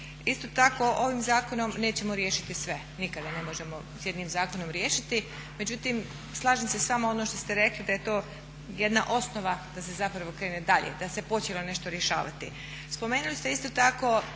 Isto tako ovim zakonom nećemo riješiti sve, nikada ne možemo s jednim zakonom riješiti. Međutim slažem se s vama ono što ste rekli da je to jedna osnova da se zapravo krene dalje, da se počelo nešto rješavati. Spomenuli ste isto tako